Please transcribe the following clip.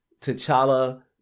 T'Challa